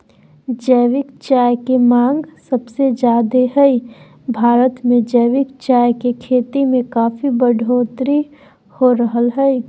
जैविक चाय के मांग सबसे ज्यादे हई, भारत मे जैविक चाय के खेती में काफी बढ़ोतरी हो रहल हई